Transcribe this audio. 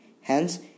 Hence